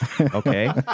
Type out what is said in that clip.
Okay